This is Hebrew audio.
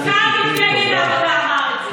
מזכ"ל מפלגת העבודה אמר את זה בעצמו.